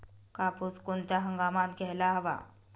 कापूस कोणत्या हंगामात घ्यायला हवा?